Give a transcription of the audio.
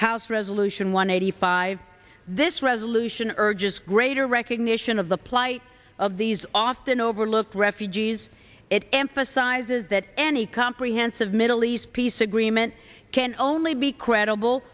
house resolution one eighty five this resolution urges greater recognition of the plight of these often overlooked refugees it emphasizes that any comprehensive middle east peace agreement can only be credible